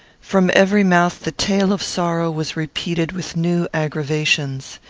from every mouth the tale of sorrow was repeated with new aggravations.